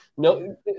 No